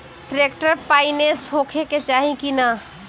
Tractor पाईनेस होखे के चाही कि ना?